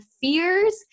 fears